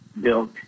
built